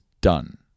done